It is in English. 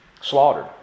slaughtered